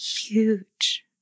huge